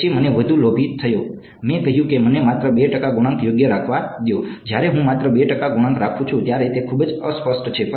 પછી મને વધુ લોભી થઈ ગયો મેં કહ્યું કે મને માત્ર 2 ટકા ગુણાંક યોગ્ય રાખવા દો જ્યારે હું માત્ર 2 ટકા ગુણાંક રાખું છું ત્યારે તે ખૂબ જ અસ્પષ્ટ છે